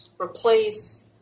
replace